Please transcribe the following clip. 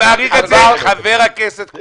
אני מעריך את זה, חבר הכנסת קושניר.